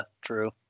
true